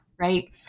Right